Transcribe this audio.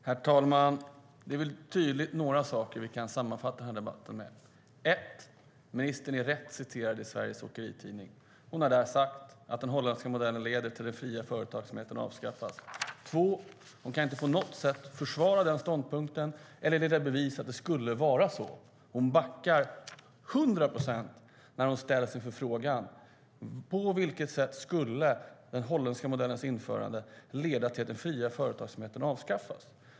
Herr talman! Det är tydligt att det är ett par saker som vi kan sammanfatta den här debatten med. Ministern är rätt citerad i Svensk Åkeritidning. Hon har där sagt att den holländska modellen leder till att den fria företagsamheten avskaffas. Hon kan inte på något sätt försvara den ståndpunkten eller leda i bevis att det skulle vara så. Hon backar 100 procent när hon ställs inför frågan: På vilket sätt skulle den holländska modellens införande leda till att den fria företagsamheten avskaffas?